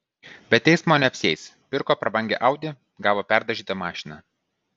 be teismo neapsieis pirko prabangią audi gavo perdažytą mašiną